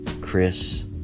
Chris